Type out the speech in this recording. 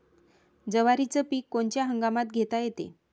जवारीचं पीक कोनच्या हंगामात घेता येते?